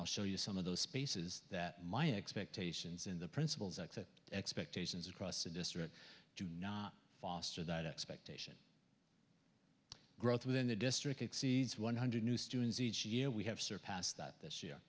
i'll show you some of those spaces that my expectations in the principals that expectations across the district do not foster that expectation growth within the district exceeds one hundred new students each year we have surpassed that this year